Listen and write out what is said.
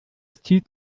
zieht